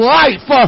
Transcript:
life